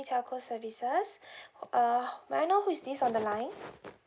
telco services uh may I know who is this on the line